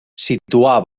situar